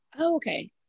okay